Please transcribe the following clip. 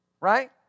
Right